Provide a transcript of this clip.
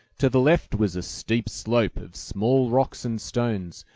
to the left was a steep slope of small rocks and stones,